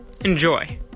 Enjoy